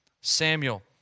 Samuel